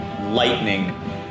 lightning